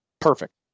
perfect